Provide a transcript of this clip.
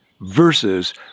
versus